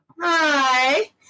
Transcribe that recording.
Hi